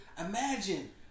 Imagine